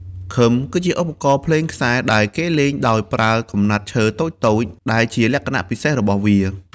ឃឹម គឺជាឧបករណ៍ភ្លេងខ្សែដែលគេលេងដោយប្រើកំណាត់ឈើតូចៗ ដែលជាលក្ខណៈពិសេសរបស់វា។